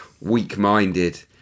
weak-minded